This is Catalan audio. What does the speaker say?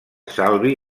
salvi